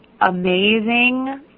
amazing